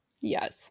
Yes